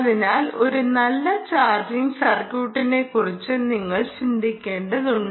അതിനാൽ ഒരു നല്ല ചാർജിംഗ് സർക്യൂട്ടിനെക്കുറിച്ച് നിങ്ങൾ ചിന്തിക്കേണ്ടതുണ്ട്